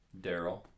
Daryl